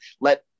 let